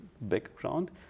background